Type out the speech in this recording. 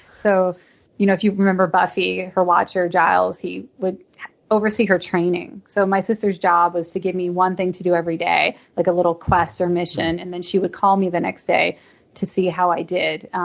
so you know if you remember buffy, her watcher, giles, he would oversee her training. so my sister's job was to give me one thing to do every day, like a little quest or mission and then she would call me the next day to see how i did.